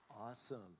Awesome